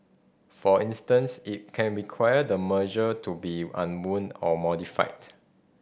for instance it can require the merger to be unwound or modified